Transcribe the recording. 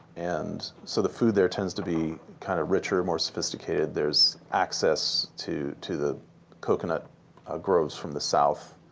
and so the food there tends to be kind of richer, more sophisticated. there's access to to the coconut groves from the south,